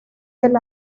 del